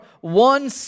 one